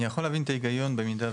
אני יכול להבין את ההיגיון שמדובר